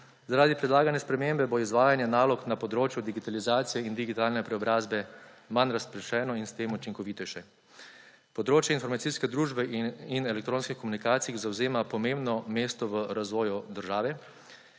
Zaradi predlagane spremembe bo izvajanje nalog na področju digitalizacije in digitalne preobrazbe manj razpršeno in s tem učinkovitejše. Področje informacijske družbe in elektronske komunikacije zavzema pomembno mesto v razvoju države,